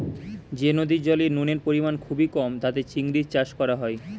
যে নদীর জলে নুনের পরিমাণ খুবই কম তাতে চিংড়ির চাষ করা হয়